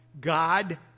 God